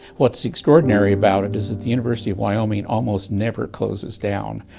what's extraordinary about it is that the university of wyoming almost never closes down.